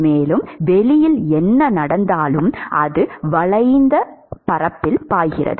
மேலும் வெளியில் என்ன நடந்தாலும் அது வளைந்த பரப்பில் பாய்கிறது